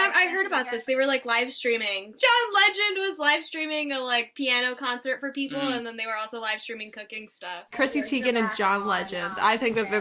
um i heard about this. they were like live streaming. john legend was live streaming a like piano concert for people, and then they were also live streaming cooking stuff. chrissy teigen and john legend. i think that they're the